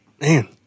Man